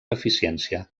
eficiència